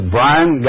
Brian